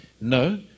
No